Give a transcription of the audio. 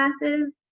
classes